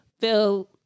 feel